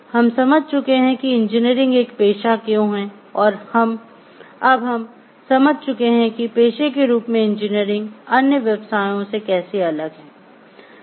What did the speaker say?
हम समझ चुके हैं कि इंजीनियरिंग एक पेशा क्यों है और अब हम समझ चुके हैं कि पेशे के रूप में इंजीनियरिंग अन्य व्यवसायों से कैसे अलग है